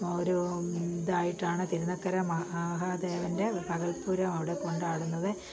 ഒരു ഇതായിട്ടാണ് തിരുനക്കര മഹാദേവൻ്റെ പകൽപ്പൂരം അവിടെ കൊണ്ടാടുന്നത്